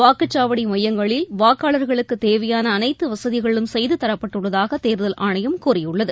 வாக்குச்சாவடிமையங்களில் வாக்காளர்களுக்குதேவையானஅனைத்துவசதிகளும் செய்துதரப்பட்டுள்ளதாகதேர்தல் ஆணையம் கூறியுள்ளது